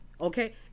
okay